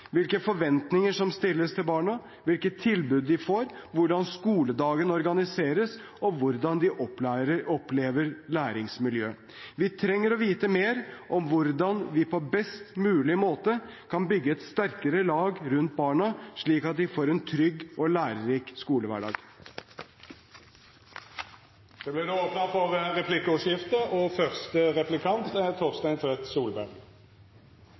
hvilke forventninger som stilles til barna, hvilke tilbud de får, hvordan skoledagen organiseres, og hvordan de opplever læringsmiljøet. Vi trenger å vite mer om hvordan vi på best mulig måte kan bygge et sterkere lag rundt barna, slik at de får en trygg og lærerik skolehverdag. Det vert replikkordskifte. Som jeg sa i mitt innlegg, er